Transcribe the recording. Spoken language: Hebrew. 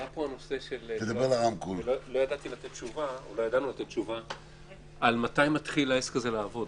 עלה פה הנושא שלא ידענו לתת תשובה מתי העסק הזה מתחיל לעבוד.